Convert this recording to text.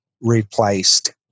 replaced